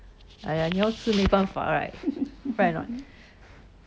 哎呀你要吃没没办法 right right or not